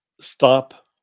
stop